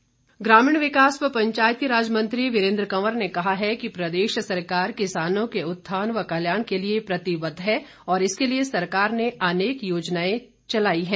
वीरेन्द्र कंवर ग्रामीण विकास व पंचायतीराज मंत्री वीरेन्द्र कंवर ने कहा है कि प्रदेश सरकार किसानों के उत्थान व कल्याण के लिए प्रतिबद्ध है और इसके लिए सरकार ने अनेक योजनाएं चलाई हैं